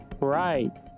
Right